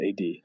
AD